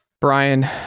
Brian